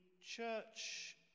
church